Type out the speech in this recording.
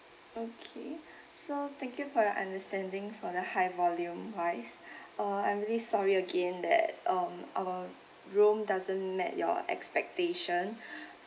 okay so thank you for your understanding for the high volume wise uh I'm really sorry again that um our room doesn't met your expectation